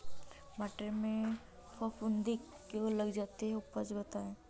मटर में फफूंदी क्यो लग जाती है उपाय बताएं?